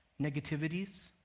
negativities